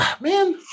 Man